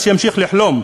אז שימשיך לחלום.